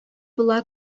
була